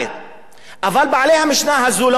אבל בעלי המשנה הזאת לא מאשימים את עצמם,